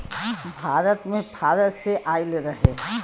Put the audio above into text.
भारत मे फारस से आइल रहे